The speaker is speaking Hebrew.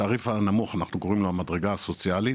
התעריך הנמוך אנחנו קוראים לו המדרגה הסוציאלית,